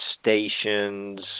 stations